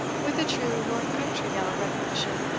with a true north-country yell of recognition,